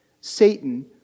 Satan